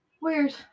Weird